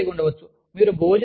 మీరు లాంజ్ కలిగి ఉండవచ్చు